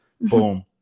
Boom